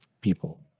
people